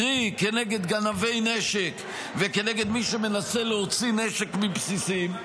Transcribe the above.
קרי כנגד גנבי נשק וכנגד מי שמנסה להוציא נשק מבסיסים.